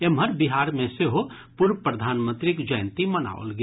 एम्हर बिहार मे सेहो पूर्व प्रधानमंत्रीक जयंती मनाओल गेल